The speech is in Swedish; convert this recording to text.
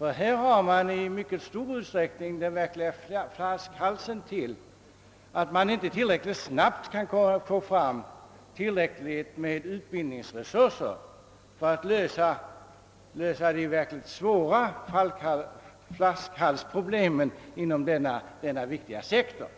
Här har man nämligen att i mycket stor utsträckning finna anledningen till att det inte varit möjligt att snabbt nog få till stånd tillräckligt med utbildningsresurser för att lösa de verkligt svåra flaskhalsproblemen inom denna viktiga sektor.